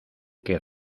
qué